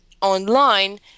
online